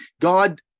God